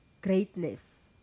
greatness